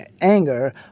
anger